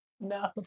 No